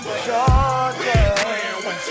Georgia